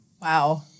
Wow